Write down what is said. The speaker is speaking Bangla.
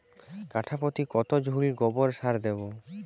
কাঠাপ্রতি কত ঝুড়ি গোবর সার দেবো?